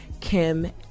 kim